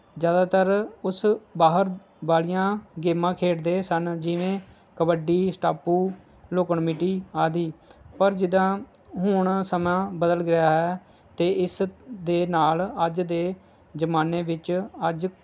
ਜ਼ਿਆਦਾਤਰ ਉਹ ਬਾਹਰ ਵਾਲੀਆਂ ਗੇਮਾਂ ਖੇਡਦੇ ਸਨ ਜਿਵੇਂ ਕਬੱਡੀ ਸਟਾਪੂ ਲੁਕਣ ਮੀਚੀ ਆਦਿ ਔਰ ਜਿੱਦਾਂ ਹੁਣ ਸਮਾਂ ਬਦਲ ਗਿਆ ਹੈ ਅਤੇ ਇਸ ਦੇ ਨਾਲ ਅੱਜ ਦੇ ਜ਼ਮਾਨੇ ਵਿੱਚ ਅੱਜ